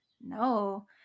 no